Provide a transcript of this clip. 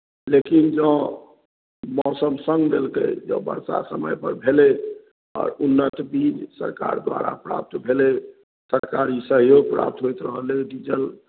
लेकिन जँ मौसम सङ्ग देलकै जँ वर्षा समयपर भेलै आओर उन्नत बीज सरकार द्वारा प्राप्त भेलै सरकारी सहयोग प्राप्त होइत रहलै डीजल